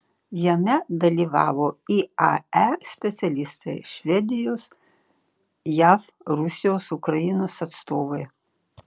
jame dalyvavo iae specialistai švedijos jav rusijos ukrainos atstovai